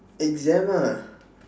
exam ah